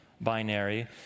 binary